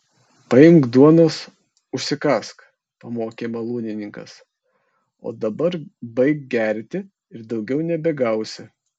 paimk duonos užsikąsk pamokė malūnininkas o dabar baik gerti ir daugiau nebegausi